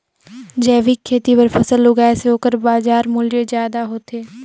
जैविक खेती बर फसल उगाए से ओकर बाजार मूल्य ज्यादा होथे